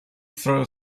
throw